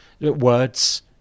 words